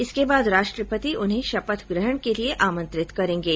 इसके बाद राष्ट्रपति उन्हें शपथग्रहण के लिए आमंत्रित करेंगे